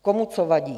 Komu co vadí?